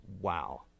Wow